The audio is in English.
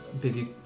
busy